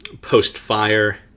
post-fire